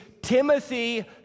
timothy